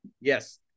yes